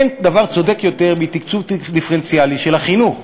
אין דבר צודק יותר מתקצוב דיפרנציאלי של החינוך,